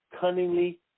cunningly